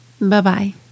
Bye-bye